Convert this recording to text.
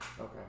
Okay